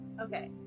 Okay